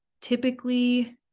typically